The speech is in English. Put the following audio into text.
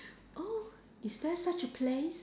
oh is there such a place